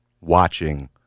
watching